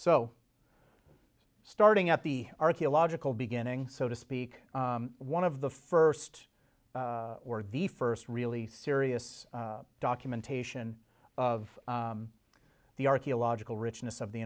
so starting up the archaeological beginning so to speak one of the first or the first really serious documentation of the archaeological richness of the